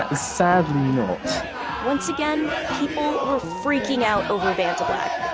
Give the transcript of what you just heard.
ah sadly not once again, people were freaking out over vantablack,